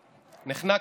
נחנקתי.